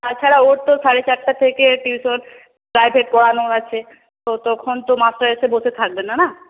তাছাড়া ওর তো সাড়ে চারটা থেকে টিউশন বাড়িতে পড়ানো আছে ততক্ষন তো মাস্টার এসে বসে থাকবে না না